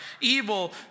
Evil